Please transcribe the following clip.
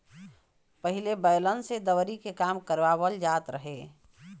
पहिले बैलन से दवरी के काम करवाबल जात रहे